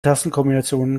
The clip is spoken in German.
tastenkombinationen